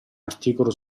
articolo